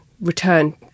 return